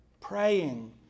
praying